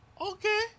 Okay